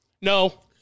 No